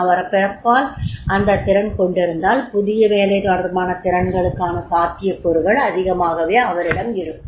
அவர் பிறப்பால் அந்தத் திறன் கொண்டிருந்தால் புதிய வேலை தொடர்பான திறன்களுக்கான சாத்தியக்கூறுகள் அதிகமாகவே அவரிடம் இருக்கும்